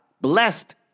Blessed